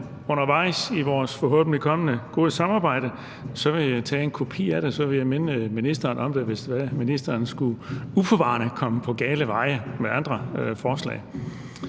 undervejs i vores forhåbentlig kommende gode samarbejde, så vil jeg tage en kopi af det og minde ministeren om det, hvis ministeren uforvarende skulle komme på gale veje med andre forslag.